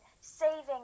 saving